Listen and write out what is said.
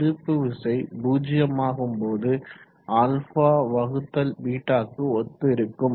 திருப்பு விசை 0 ஆகும் போது αβ க்கு ஒத்து இருக்கும்